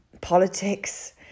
politics